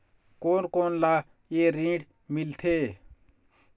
कोन कोन ला ये ऋण मिलथे?